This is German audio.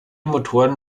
motoren